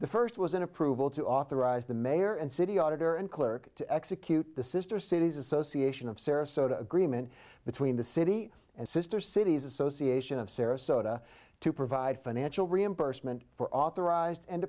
the first was an approval to authorize the mayor and city auditor and clerk to execute the sister cities association of sarasota agreement between the city and sister cities association of sarasota to provide financial reimbursement for authorized and